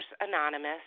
Anonymous